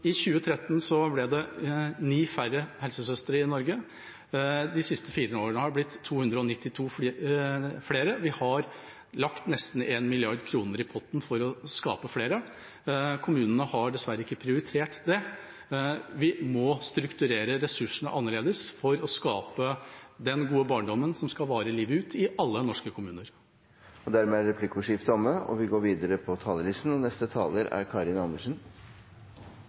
I 2013 ble det 9 færre helsesøstre i Norge, de siste fire årene har det blitt 292 flere. Vi har lagt nesten 1 mrd. kr i potten for å skape flere. Kommunene har dessverre ikke prioritert det. Vi må strukturere ressursene annerledes for å skape den gode barndommen som skal vare livet ut, i alle norske kommuner. Replikkordskiftet er dermed omme. De store forskjellene i Helse-Norge går etter sosiale skillelinjer, og de kommer ikke til å utjevnes før man er